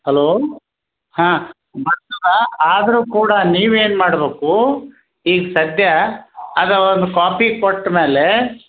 hello ಹಾಂ ಬರ್ತದೆ ಆದರು ಕೂಡ ನೀವೇನು ಮಾಡಬೇಕು ಈಗ ಸದ್ಯ ಅದೆ ಒಂದು ಕಾಪಿ ಕೊಟ್ಟ ಮೇಲೆ